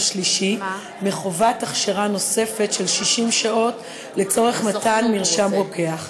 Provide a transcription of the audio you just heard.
שלישי מחובת הכשרה נוספת של 60 שעות לצורך מתן מרשם רוקח.